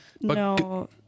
No